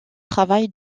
travail